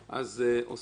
אוסנת